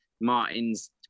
Martin's